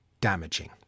damaging